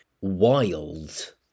wild